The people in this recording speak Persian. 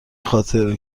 خاطر